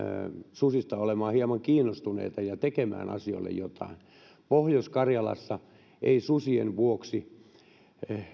susista olemaan hieman kiinnostuneita ja tekemään asioille jotain pohjois karjalassa ei susien vuoksi